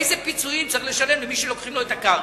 איזה פיצויים צריך לשלם למי שלוקחים לו את הקרקע.